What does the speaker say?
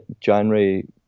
January